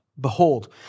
Behold